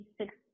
six